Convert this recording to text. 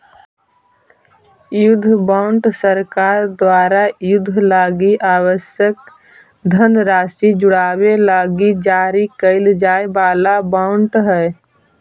युद्ध बॉन्ड सरकार द्वारा युद्ध लगी आवश्यक धनराशि जुटावे लगी जारी कैल जाए वाला बॉन्ड हइ